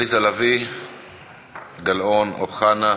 עליזה לביא, גלאון, אוחנה,